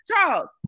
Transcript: Charles